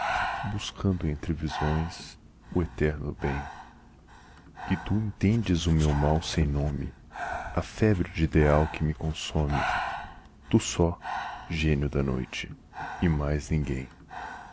buscando entre visões o eterno bem e tu entendes o meu mal sem nome a febre de ideal que me consome tu só genio da noite e mais ninguem